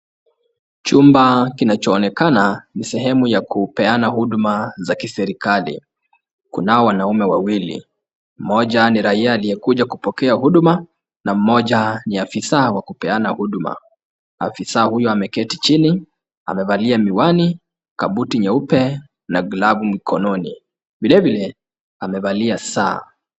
Chumba kinacho onekana ni sehemu ya kupeana huduma za kiserikali. Kunao wanaume wawili, mmoja ni raia aliyekuja kupokea huduma na mmoja ni afisa wa kupeana huduma. Afisa huyu ameketi chini, amevalia miwani, kabuti nyeupe na glavu mkononi. Vilevile amevalia saa.